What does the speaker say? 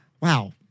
wow